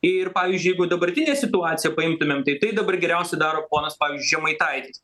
ir pavyzdžiui jeigu dabartinę situaciją paimtumėm tai tai dabar geriausiai daro ponas pavyzdžiui žemaitaitis